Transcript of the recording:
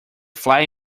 fly